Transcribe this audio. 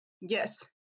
Yes